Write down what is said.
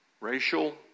Racial